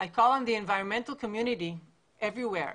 אני קוראת לקהילה הפועלת למען איכות הסביבה בכל העולם: